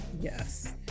yes